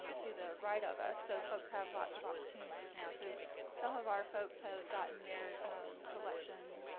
to the right of us. so folks have lots of opportunities now. so some of our folks have gotten their collection,